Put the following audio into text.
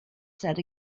said